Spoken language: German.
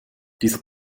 dieser